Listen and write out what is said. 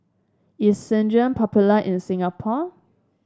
is Selsun popular in Singapore